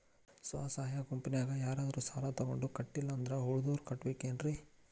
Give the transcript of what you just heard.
ಸ್ವ ಸಹಾಯ ಗುಂಪಿನ್ಯಾಗ ಯಾರಾದ್ರೂ ಸಾಲ ತಗೊಂಡು ಕಟ್ಟಿಲ್ಲ ಅಂದ್ರ ಉಳದೋರ್ ಕಟ್ಟಬೇಕೇನ್ರಿ?